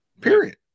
period